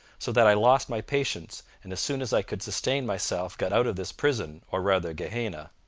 so that i lost my patience, and as soon as i could sustain myself got out of this prison, or rather gehenna